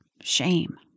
Shame